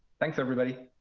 thanks, everybody.